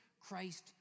Christ